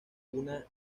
una